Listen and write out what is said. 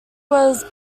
was